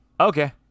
okay